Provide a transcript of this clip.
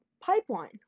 pipeline